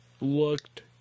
looked